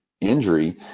injury